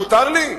מותר לי?